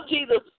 Jesus